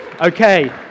Okay